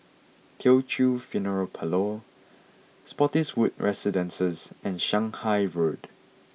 Teochew Funeral Parlour Spottiswoode Residences and Shanghai Road